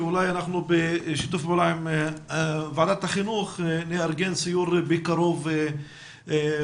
שאולי אנחנו בשיתוף פעולה עם ועדת החינוך נארגן סיור בקרוב בנגב,